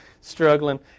struggling